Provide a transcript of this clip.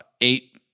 eight